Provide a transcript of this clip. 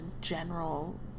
general